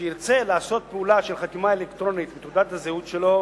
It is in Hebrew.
שירצה לעשות פעולה של חתימה אלקטרונית בתעודת הזהות שלו